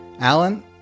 Alan